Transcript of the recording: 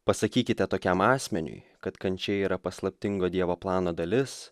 pasakykite tokiam asmeniui kad kančia yra paslaptingo dievo plano dalis